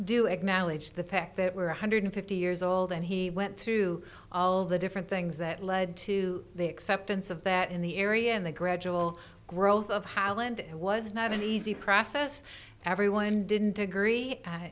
do acknowledge the fact that we're one hundred fifty years old and he went through all the different things that led to the acceptance of that in the area and the gradual growth of holland it was not an easy process everyone didn't agree